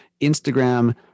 Instagram